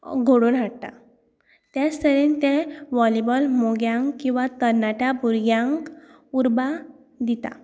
घडोवन हाडटा त्याच तरेन ते वॉलीबॉल मोग्यांक किंवा तरणाट्या भुरग्यांक उर्बा दिता